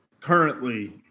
currently